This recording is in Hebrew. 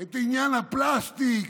את עניין הפלסטיק,